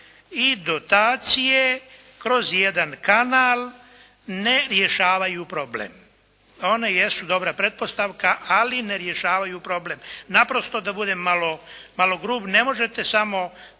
i dotacije kroz jedan kanal ne rješavaju problem. One jesu dobra pretpostavka ali ne rješavaju problem. Naprosto da budem malo grub, ne možete samo